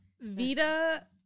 Vita